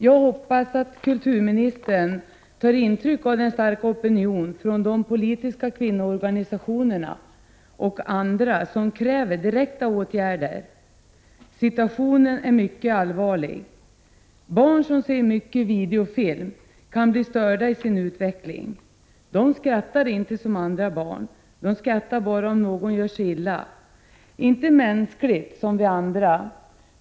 Jag hoppas att kulturministern tar intryck av den starka opinion från de politiska kvinnoorganisationerna och andra som kräver direkta åtgärder. Situationen är mycket allvarlig. Barn som ser mycket på videofilmer kan bli störda i sin utveckling. De skrattar inte som andra barn, utan de skrattar bara om någon gör sig illa. De skrattar inte mänskligt, som vi andra.